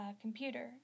computer